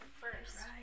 first